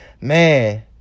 man